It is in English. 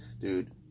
dude